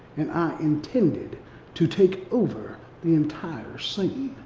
and i intended to take over the entire scene.